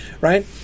right